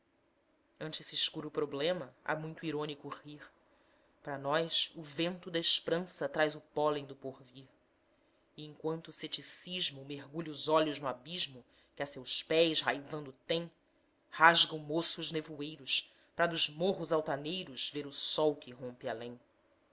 ante esse escuro problema há muito irônico rir pra nós o vento da esp'rança traz o pólen do porvir e enquanto o cepticismo mergulha os olhos no abismo que a seus pés raivando tem rasga o moço os nevoeiros pra dos morros altaneiros ver o sol que irrompe além